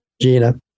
Gina